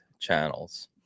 channels